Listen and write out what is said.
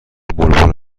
بلبل